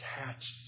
attached